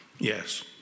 Yes